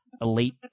elite